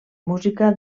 música